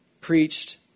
preached